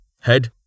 Head